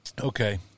okay